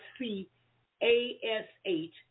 C-A-S-H